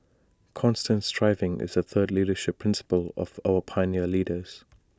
constant striving is the third leadership principle of our pioneer leaders